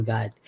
God